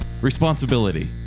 Responsibility